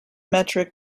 metric